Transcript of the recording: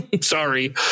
sorry